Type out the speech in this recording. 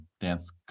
dance